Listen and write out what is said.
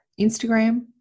Instagram